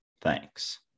Thanks